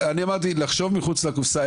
אמרתי לחשוב מחוץ לקופסה.